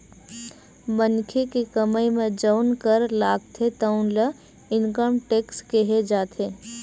मनखे के कमई म जउन कर लागथे तउन ल इनकम टेक्स केहे जाथे